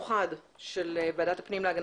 אני מתכבדת לפתוח דיון מיוחד של ועדת הפנים והגנת